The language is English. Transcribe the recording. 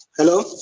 hello?